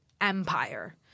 empire